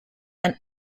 and